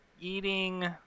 eating